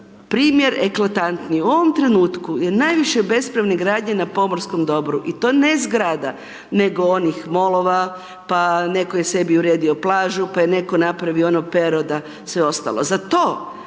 primjer eklatantni, u ovom trenutku je najviše bespravne gradnje na pomorskom dobru i to ne zgrada nego oni molova, pa netko je sebi uredio plažu, pa je netko napravio ono pero da, sve ostalo.